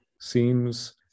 seems